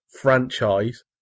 franchise